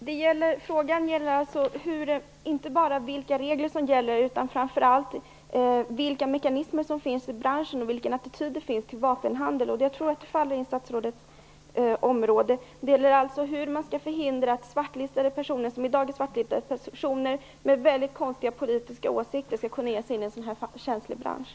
Fru talman! Frågan gäller alltså inte bara vilka regler som gäller utan också, och framför allt, vilka mekanismer som finns i branschen och vilken attityden är till vapenhandel. Jag tror att det faller under statsrådets område. Det gäller alltså hur man skall förhindra att i dag svartlistade personer med väldigt konstiga politiska åsikter kan ge sig in i en så känslig bransch.